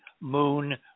Moon